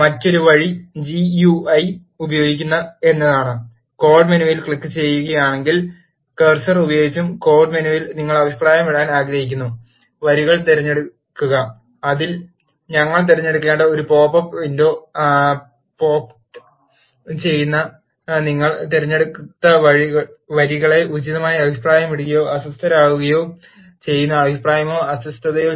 മറ്റൊരു വഴി ജിയുഐ ഉപയോഗിക്കുക എന്നതാണ് കോഡ് മെനുവിൽ ക്ലിക്കുചെയ്യുകയാണെങ്കിൽ കഴ് സർ ഉപയോഗിച്ചും കോഡ് മെനുവിലും നിങ്ങൾ അഭിപ്രായമിടാൻ ആഗ്രഹിക്കുന്ന വരികൾ തിരഞ്ഞെടുക്കുക അതിൽ ഞങ്ങൾ തിരഞ്ഞെടുക്കേണ്ട ഒരു പോപ്പ് അപ്പ് വിൻഡോ പോപ്പ്ട്ട് ചെയ്യുന്നു നിങ്ങൾ തിരഞ്ഞെടുത്ത വരികളെ ഉചിതമായി അഭിപ്രായമിടുകയോ അസ്വസ്ഥമാക്കുകയോ ചെയ്യുന്ന അഭിപ്രായമോ അസ്വസ്ഥതയോ